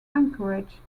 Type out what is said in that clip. anchorage